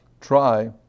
try